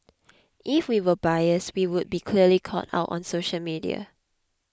if we were biased we would be clearly called out on social media